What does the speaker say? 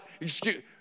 excuse